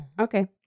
Okay